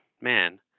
man